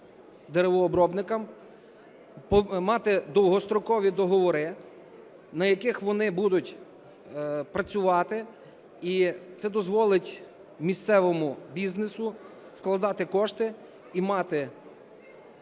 деревообробникам мати довгострокові договори, на яких вони будуть працювати і це дозволить місцевому бізнесу вкладати кошти і мати